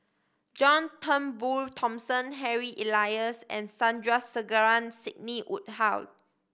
John Turnbull Thomson Harry Elias and Sandrasegaran Sidney Woodhull